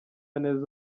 neza